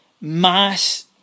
mass